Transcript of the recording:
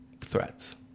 threats